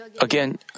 again